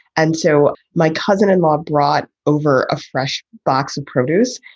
and so my cousin in law brought over a fresh box of produce.